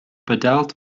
badelt